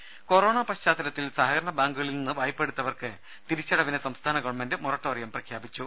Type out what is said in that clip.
there corona പശ്ചാത്തലത്തിൽ സഹകരണ ബാങ്കുകളിൽ നിന്ന് വായ്പ എടുത്തവർക്ക് തിരിച്ചടവിന് സംസ്ഥാന ഗവൺമെന്റ് മൊറട്ടോറിയം പ്രഖ്യാപിച്ചു